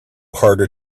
harder